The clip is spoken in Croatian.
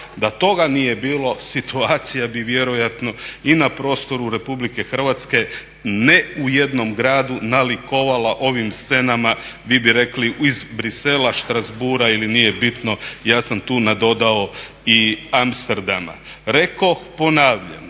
Da toga nije bilo, situacija bi vjerojatno i na prostoru Republike Hrvatske ne u jednom gradu nalikovala ovim scenama, vi bi rekli iz Brisela, Strasbourga ili nije bitno, ja sam tu nadodao i Amsterdama. Rekoh, ponavljam,